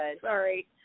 Sorry